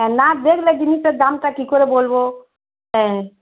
হ্যাঁ না দেখলে জিনিসের দামটা কী করে বলবো হ্যাঁ